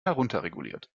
herunterreguliert